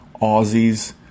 Aussies